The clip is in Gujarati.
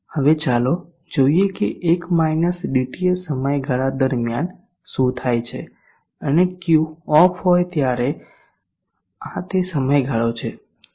હવે ચાલો જોઈએ કે 1 dTs સમયગાળા દરમિયાન શું થાય છે અને Q ઓફ હોય ત્યારે આ તે સમયગાળો છે